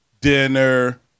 dinner